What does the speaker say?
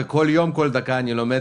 וכל יום וכל דקה אני לומד,